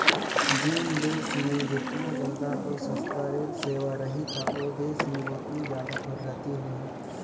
जेन देस मे जेतना जादा अउ सस्ता रेल सेवा रही त ओ देस में ओतनी जादा परगति होही